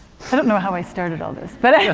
so don't know how i started all of this, but yeah